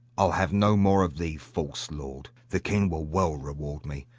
i'll have no more of thee, false lord! the king will well reward me,